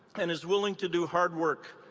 and is willing to do hard work.